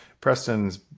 Preston's